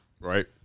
Right